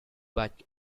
but